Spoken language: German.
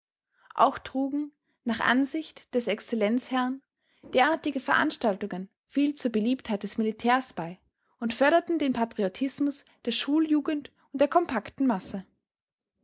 auch trugen nach ansicht des excellenzherrn derartige veranstaltungen viel zur beliebtheit des militärs bei und förderten den patriotismus der schuljugend und der kompakten masse